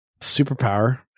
superpower